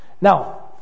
now